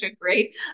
great